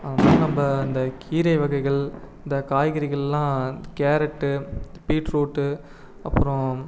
அதனால் நம்ம இந்த கீரை வகைகள் இந்த காய்கறிகள்லாம் கேரட்டு பீட்ரூட்டு அப்புறம்